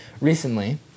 recently